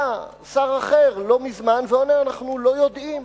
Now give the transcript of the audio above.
בא שר אחר לא מזמן ועונה: אנחנו לא יודעים,